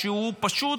שהוא פשוט,